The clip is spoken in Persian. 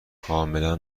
کاملا